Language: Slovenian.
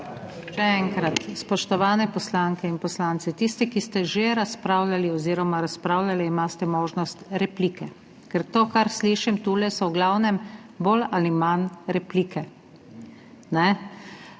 Še enkrat, spoštovane poslanke in poslanci. Tisti, ki ste že razpravljali oziroma razpravljate, imate možnost replike, ker to, kar slišim tule, so v glavnem bolj ali manj replike. Kar